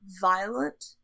violent